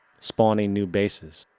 spawning new bases,